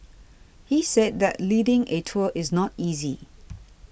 he said that leading a tour is not easy